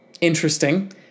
interesting